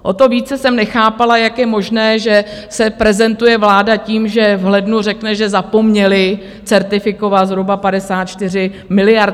O to více jsem nechápala, jak je možné, že se prezentuje vláda tím, že v lednu řekne, že zapomněli certifikovat zhruba 54 miliard.